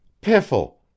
Piffle